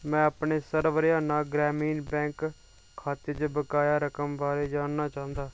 में अपने सर्व हरियाणा ग्रामीण बैंक खाते च बकाया रकम बारै जानना चांह्दा